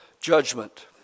judgment